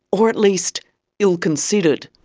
or at least ill-considered.